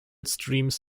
streams